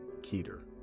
Keter